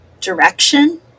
direction